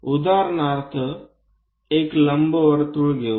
उदाहरणार्थ एक लंबवर्तुळ घेऊ